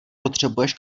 potřebuješ